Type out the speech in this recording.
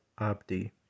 Abdi